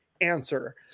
answer